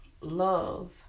love